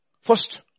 First